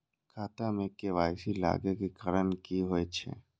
खाता मे के.वाई.सी लागै के कारण की होय छै?